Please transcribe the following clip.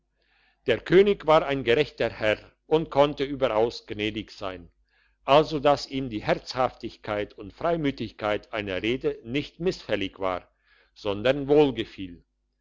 der könig war ein gerechter herr und konnte überaus gnädig sein also dass ihm die herzhaftigkeit und freimütigkeit einer rede nicht missfällig war sondern